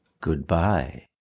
Goodbye